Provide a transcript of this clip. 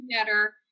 better